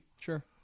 Sure